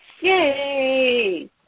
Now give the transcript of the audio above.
Yay